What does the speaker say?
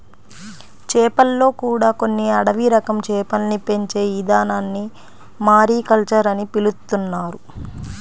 చేపల్లో కూడా కొన్ని అడవి రకం చేపల్ని పెంచే ఇదానాన్ని మారికల్చర్ అని పిలుత్తున్నారు